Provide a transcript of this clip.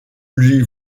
lui